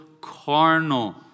carnal